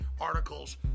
articles